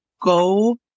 go